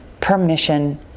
permission